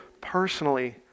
personally